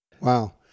Wow